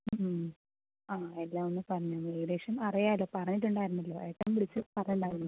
ആ എല്ലാം ഒന്ന് പറഞ്ഞു തന്നോ ഏകദേശം അറിയാമല്ലോ പറഞ്ഞിട്ടുണ്ടായിരുന്നല്ലോ ഏട്ടൻ വിളിച്ചു പറഞ്ഞിട്ടുണ്ടാവുമല്ലോ